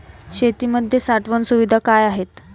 शेतीमध्ये साठवण सुविधा काय आहेत?